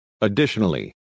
Additionally